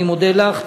אני מודה לך.